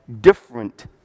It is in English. Different